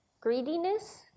greediness